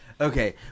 Okay